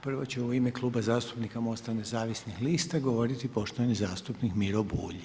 Prvo će u ime Kluba zastupnika MOST-a nezavisnih lista govoriti poštovani zastupnik Miro Bulj.